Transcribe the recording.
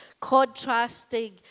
contrasting